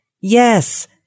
Yes